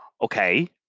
Okay